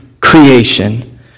creation